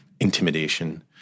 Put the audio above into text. intimidation